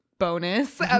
bonus